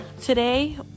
today